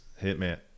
Hitman